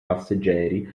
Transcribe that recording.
passeggeri